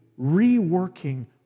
reworking